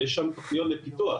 ויש שם תוכניות לפיתוח